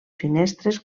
finestres